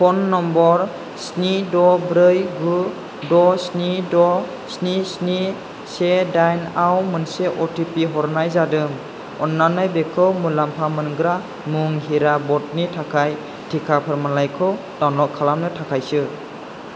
phone number स्नि द' ब्रै गु द' स्नि द' स्नि स्नि से दाइन आव मोनसे अ टि पि हरनाय जादों अन्नानै बेखौ मुलाम्फा मोनग्रा मुं हिरा बडनि थाखाय टिका फोरमानलाइखौ डाउनल'ड खालामनो थाखायसो